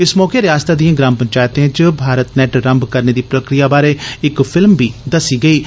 इस मौके रियास्तै दियें ग्राम पंचैतें च भारत नैट रम्म करने दी प्रक्रिया बारै इक्क फिल्म दस्सी गेई ऐ